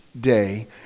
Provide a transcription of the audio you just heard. day